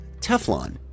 Teflon